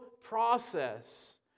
process